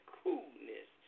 coolness